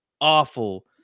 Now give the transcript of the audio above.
awful